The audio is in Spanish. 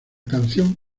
canción